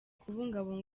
kubungabunga